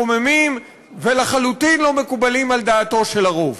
מקוממים ולחלוטין לא מקובלים על דעתו של הרוב.